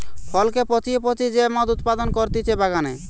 ফলকে পচিয়ে পচিয়ে যে মদ উৎপাদন করতিছে বাগানে